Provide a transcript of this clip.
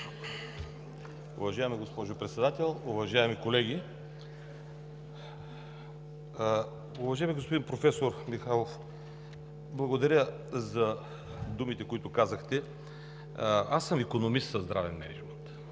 Уважаема госпожо Председател, уважаеми колеги! Уважаеми професор Михайлов, благодаря за думите, които казахте. Аз съм икономист със здравен мениджмънт